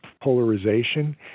polarization